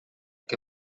que